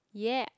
ya